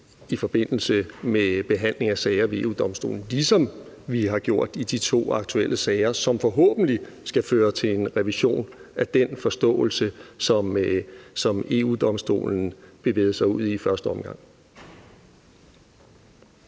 i forbindelse med behandling af sager ved EU-Domstolen, ligesom vi har gjort det i de to aktuelle sager, som forhåbentlig vil føre til en revision af den forståelse, som EU-Domstolen bevægede sig ud i i første omgang.